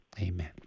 Amen